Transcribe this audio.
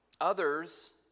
others